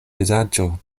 vizaĝo